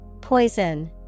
Poison